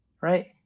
Right